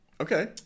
Okay